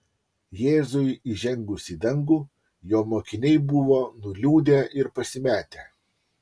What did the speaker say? jėzui įžengus į dangų jo mokiniai buvo nuliūdę ir pasimetę